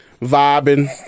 vibing